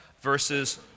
verses